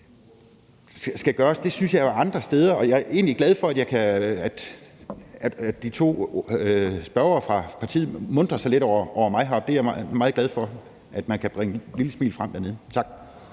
synes jeg skal afklares andre steder. Jeg er egentlig glad for, at de to spørgere fra partiet muntrer sig lidt over mig heroppe. Jeg er meget glad for, at man kan bringe et lille smil frem dernede. Tak.